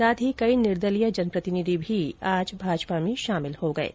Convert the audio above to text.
साथ ही कई निदर्लीय जनप्रतिनिधि भी आज भाजपा में शामिल हुए हैं